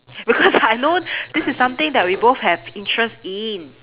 because I know this is something that we both have interest in